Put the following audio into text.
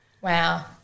Wow